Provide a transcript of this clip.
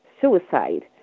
suicide